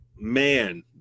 man –